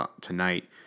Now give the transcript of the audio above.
tonight